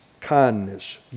kindness